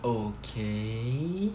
okay